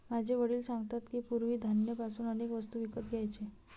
माझे वडील सांगतात की, पूर्वी धान्य पासून अनेक वस्तू विकत घ्यायचे